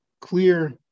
clear